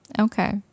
Okay